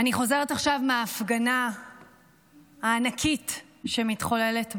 אני חוזרת עכשיו מההפגנה הענקית שמתחוללת בחוץ.